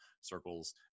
circles